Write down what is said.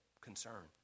concern